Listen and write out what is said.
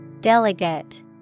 Delegate